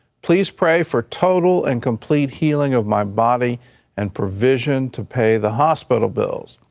please pray for total and complete healing of my body and provision to pay the hospital bills.